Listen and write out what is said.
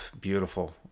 Beautiful